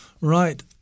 Right